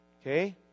Okay